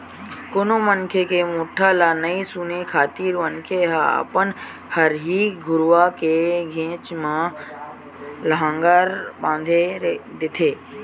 कोनो मनखे के मोठ्ठा ल नइ सुने खातिर मनखे ह अपन हरही गरुवा के घेंच म लांहगर बांधे देथे